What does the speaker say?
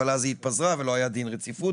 אבל אז היא התפזרה ולא היה דין רציפות,